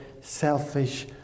selfish